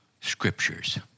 scriptures